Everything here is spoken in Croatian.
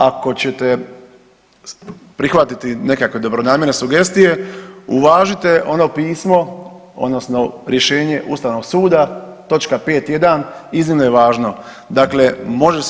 A ako ćete prihvatiti nekakve dobronamjerne sugestije, uvažite ono pismo, odnosno rješenje Ustavnog suda točka 5.1. iznimno je važno, dakle